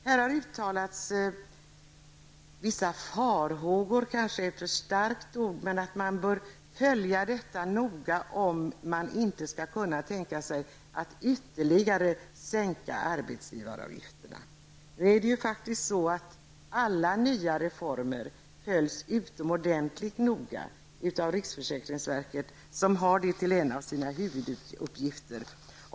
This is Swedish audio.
Här har uttalats vissa farhågor -- det är kanske ett för starkt ord -- men att man bör följa detta noga och se om man inte ytterligare kan sänka arbetsgivaravgifterna. Det är faktiskt så att alla nya reformer följs utomordentligt noga av riksförsäkringsverket som har det till en av sina huvuduppgifter.